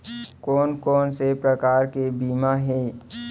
कोन कोन से प्रकार के बीमा हे?